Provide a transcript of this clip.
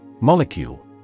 Molecule